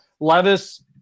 Levis